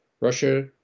Russia